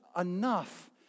enough